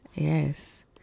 Yes